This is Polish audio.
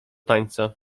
tańca